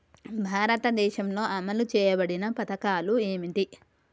భారతదేశంలో అమలు చేయబడిన పథకాలు ఏమిటి?